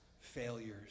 failures